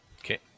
Okay